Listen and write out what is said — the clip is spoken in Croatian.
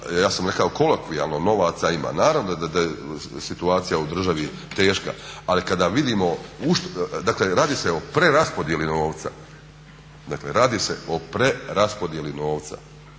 ja sam rekao kolokvijalno novaca ima, naravno da je situacija u državi teška ali kada vidimo, dakle radi se o preraspodijeli novca, da manje ide i da